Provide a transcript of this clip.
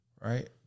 right